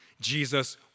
Jesus